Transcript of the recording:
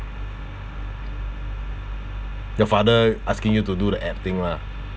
your father asking you to do the app thing lah